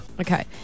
Okay